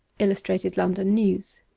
illustrated london news